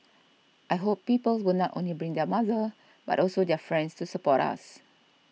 I hope people will not only bring their mother but also their friends to support us